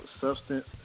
Substance